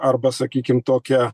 arba sakykim tokią